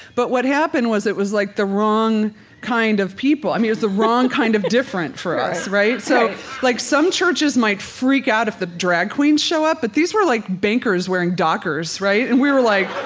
but what happened was it was like the wrong kind of people. i mean, it was the wrong kind of different for us, right? so like some churches might freak out if the drag queens show up, but these were like bankers wearing dockers, right? and we were like,